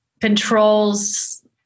controls